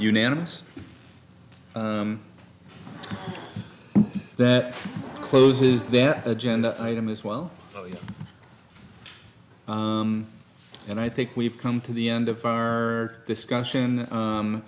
unanimous that close is their agenda item as well and i think we've come to the end of our discussion